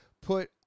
put